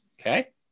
Okay